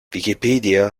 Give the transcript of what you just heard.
wikipedia